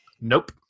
Nope